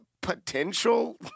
potential